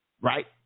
Right